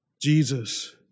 Jesus